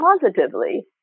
positively